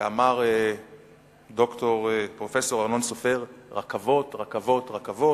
ואמר פרופסור ארנון סופר, רכבות, רכבות, רכבות.